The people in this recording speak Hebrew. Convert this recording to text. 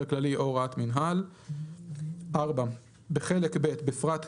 הכללי או הוראת מינהל"; (4)בחלק ב' - בפרט (1ב),